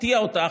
אפתיע אותך,